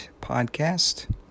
Podcast